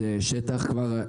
תשקיעו גם פה קצת.